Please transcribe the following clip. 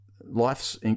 life's